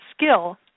skill